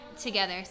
together